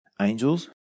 angels